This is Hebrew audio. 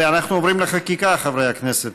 ואנחנו עוברים לחקיקה, חברי הכנסת.